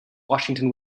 washington